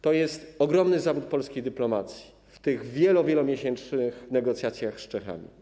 To jest ogromny zawód polskiej dyplomacji w tych wielomiesięcznych negocjacjach z Czechami.